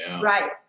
Right